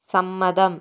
സമ്മതം